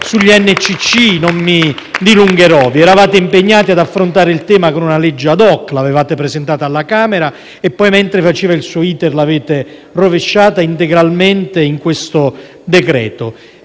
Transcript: degli NCC e non mi dilungherò. Vi eravate impegnati ad affrontare il tema con una legge *ad hoc*, l'avevate presentata alla Camera e poi, mentre faceva il suo *iter*, l'avete rovesciata integralmente in questo decreto.